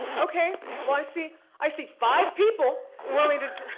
okay, well i see i see five people willing to.